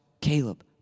Caleb